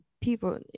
people